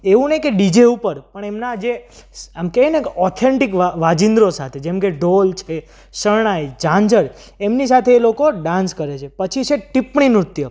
એવું નઈ કે ડીજે ઉપર પણ એમના જે આમ કહે ને કે ઔથેન્ટિક વાજિંત્રો સાથે જેમ કે ઢોલ છે શરણાઈ ઝાંઝર એમની સાથે એ લોકો ડાન્સ કરે છે પછી છે ટિપ્પણી નૃત્ય